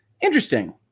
interesting